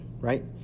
right